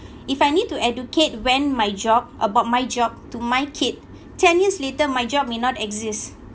if I need to educate when my job about my job to my kid ten years later my job may not exist